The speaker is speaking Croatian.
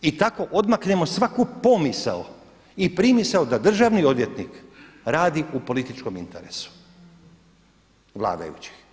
I tako odmaknemo svaku pomisao i primisao da državni odvjetnik radi u političkom interesu vladajućih.